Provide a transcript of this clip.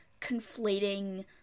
conflating